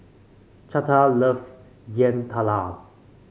Chante loves Yam Talam